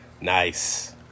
Nice